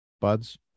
buds